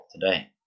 today